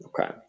Okay